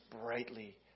brightly